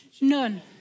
None